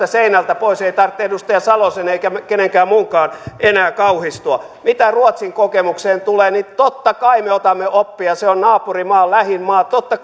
seinältä pois ei tarvitse edustaja salosen eikä kenenkään muunkaan enää kauhistua mitä ruotsin kokemukseen tulee niin totta kai me otamme oppia se on naapurimaa lähin maa totta